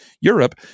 Europe